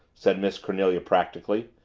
said miss cornelia practically.